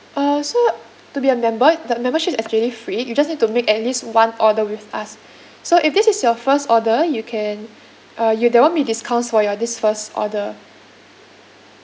uh so to be a member the membership is actually free you just need to make at least one order with us so if this is your first order you can uh y~ there won't be discounts for your this first order